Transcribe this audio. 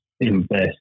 invest